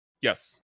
Yes